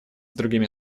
другими